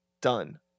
done